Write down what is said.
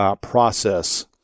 process